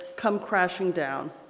come crashing down.